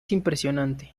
impresionante